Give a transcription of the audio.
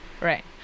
Right